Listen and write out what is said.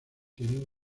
tienen